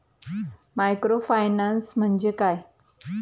Microfinance म्हणजे काय?